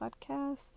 podcast